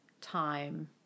time